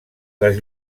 les